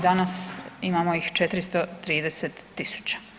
Danas imamo ih 430 000.